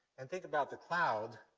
and think about the cloud,